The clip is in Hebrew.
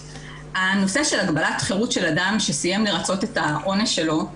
הנושא של הגבלת חירות של אדם שסיים לרצות את העונש שלו,